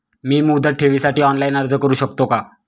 मी मुदत ठेवीसाठी ऑनलाइन अर्ज करू शकतो का?